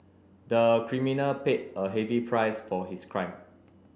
the criminal paid a heavy price for his crime